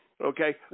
Okay